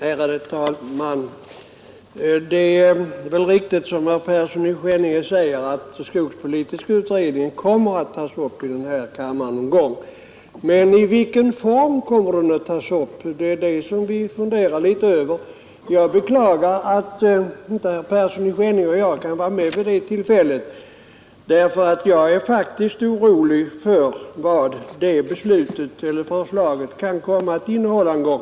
Fru talman! Det är väl riktigt som herr Persson i Skänninge säger att skogspolitiska utredningen kommer att tas upp i denna kammare någon gång. Men i vilken form kommer den att tas upp? Det funderar vi litet över. Jag beklagar att herr Persson och jag inte kan vara med vid det tillfället. Jag är faktiskt orolig över vad det förslaget kan komma att innehålla.